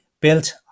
built